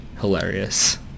hilarious